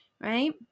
right